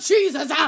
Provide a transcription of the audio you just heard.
Jesus